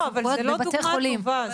וזה עוד בבתי חולים.